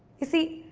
you see,